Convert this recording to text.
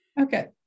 okay